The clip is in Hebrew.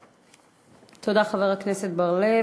תודה, חבר הכנסת בר-לב.